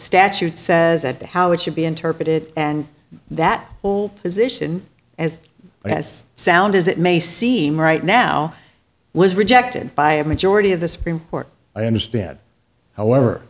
statute says at the how it should be interpreted and that whole position as well as sound as it may seem right now was rejected by a majority of the supreme court i understand however